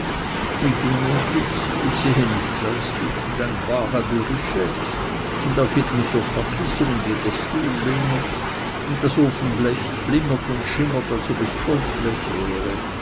wie du nur bist ich sehe nichts als licht ein wahrer embarras de richesse auf jedem sofakissen und jeder stuhllehne und das ofenblech flimmert und schimmert als ob es goldblech wäre